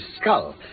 skull